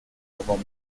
avant